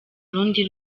urundi